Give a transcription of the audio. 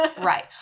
right